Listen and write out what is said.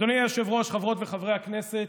אדוני היושב-ראש, חברות וחברי הכנסת,